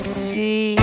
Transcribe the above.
see